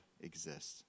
exists